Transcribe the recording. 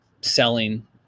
selling